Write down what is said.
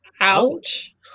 Ouch